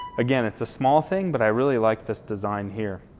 again, it's a small thing, but i really liked this design here.